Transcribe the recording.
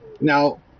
Now